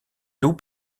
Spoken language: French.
tout